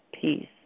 peace